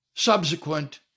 subsequent